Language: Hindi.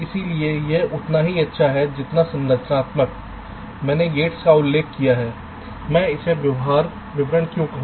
इसलिए यह उतना ही अच्छा है जितना संरचनात्मक मैंने Gates का उल्लेख किया है मैं इसे व्यवहार विवरण क्यों हूं